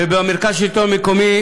במרכז השלטון המקומי,